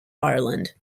ireland